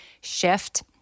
shift